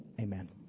Amen